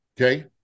okay